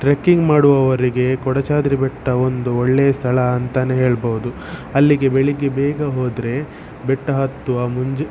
trekking ಮಾಡುವವರಿಗೆ ಕೊಡಚಾದ್ರಿ ಬೆಟ್ಟ ಒಂದು ಒಳ್ಳೆಯ ಸ್ಥಳ ಅಂತಲೇ ಹೇಳಬಹುದು ಅಲ್ಲಿಗೆ ಬೆಳಿಗ್ಗೆ ಬೇಗ ಹೋದರೆ ಬೆಟ್ಟ ಹತ್ತುವ ಮುಂಜ